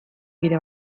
kide